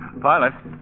Pilot